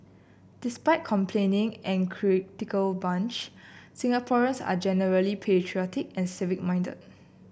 despite complaining and critical bunch Singaporeans are generally patriotic and civic minded